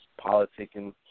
politicking